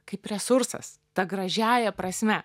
kaip resursas ta gražiąja prasme